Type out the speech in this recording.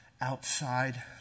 outside